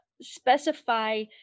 specify